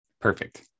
Perfect